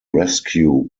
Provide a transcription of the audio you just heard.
rescue